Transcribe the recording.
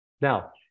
Now